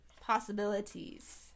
possibilities